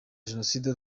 jenoside